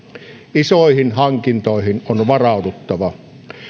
isoihin hankintoihin on varauduttava